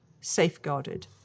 safeguarded